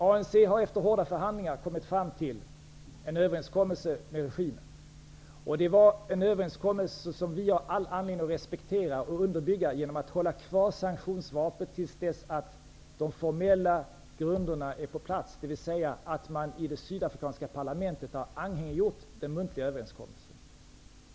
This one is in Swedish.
ANC har efter hårda förhandlingar nått fram till en överenskommelse med regimen, en överenskommelse som vi har all anledning att respektera och underbygga genom att hålla kvar sanktionsvapnet till dess att de formella grunderna är på plats, dvs. att man i det sydafrikanska parlamentet har anhängiggjort den muntliga överenskommelsen.